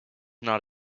not